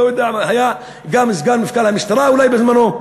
ואולי היה גם סגן מפכ"ל המשטרה בזמנו,